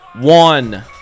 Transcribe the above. one